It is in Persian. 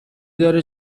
داره